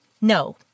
No